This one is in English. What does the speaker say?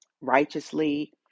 righteously